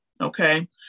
Okay